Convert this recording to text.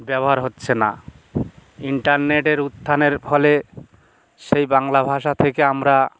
ব্যবহার হচ্ছে না ইন্টারনেটের উত্থানের ফলে সেই বাংলা ভাষা থেকে আমরা